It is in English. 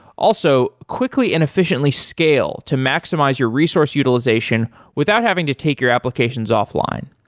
also, quickly and efficiently scale to maximize your resource utilization without having to take your applications offline.